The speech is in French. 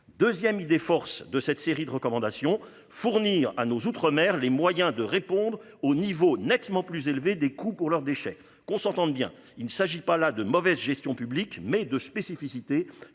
2ème idée-force de cette série de recommandations fournir à nos outre-mer les moyens de répondre au niveau nettement plus élevé des coûts pour leurs déchets, qu'on s'entende bien. Il ne s'agit pas là de mauvaise gestion publique mais de spécificités